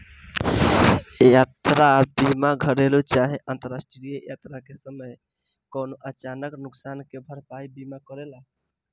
यात्रा बीमा घरेलु चाहे अंतरराष्ट्रीय यात्रा के समय कवनो अचानक नुकसान के भरपाई बीमा करेला